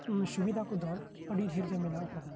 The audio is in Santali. ᱥᱩᱵᱤᱫᱷᱟ ᱠᱚᱫᱚ ᱟᱹᱰᱤ ᱰᱷᱮᱨ ᱜᱮ ᱢᱮᱱᱟᱜ ᱟᱠᱟᱫᱟ